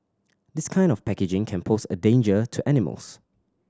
this kind of packaging can pose a danger to animals